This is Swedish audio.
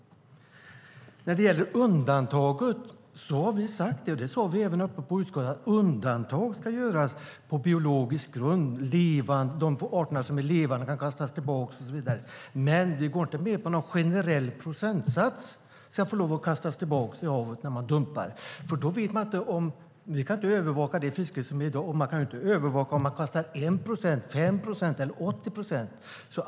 När det gäller undantaget har vi sagt - det sade vi även i utskottet - att undantag ska göras på biologisk grund, att de arter som är levande kan kastas tillbaka och så vidare. Men vi går inte med på någon generell procentsats för det som ska få kastas tillbaka i havet när man dumpar. Man kan inte övervaka fisket i dag, och man kan inte övervaka om det kastas 1 procent, 5 procent eller 80 procent.